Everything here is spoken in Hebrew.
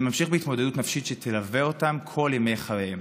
זה ממשיך בהתמודדות נפשית שתלווה אותם כל ימי חייהם.